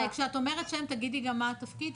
כשאת אומרת שם תגידי גם מה התפקיד,